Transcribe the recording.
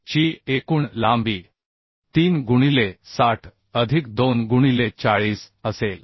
ची एकूण लांबी 3 गुणिले 60 अधिक 2 गुणिले 40 असेल